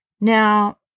Now